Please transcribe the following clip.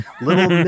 Little